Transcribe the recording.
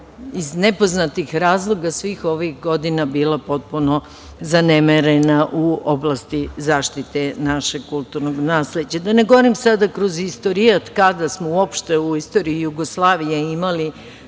iz nepoznatih razloga svih ovih godina bila potpuno zanemarena u oblasti zaštite našeg kulturnog nasleđa. Da ne govorim sada kroz istorijat kada smo uopšte u istoriji Jugoslavije imali